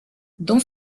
dans